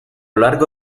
largo